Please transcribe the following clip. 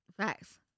facts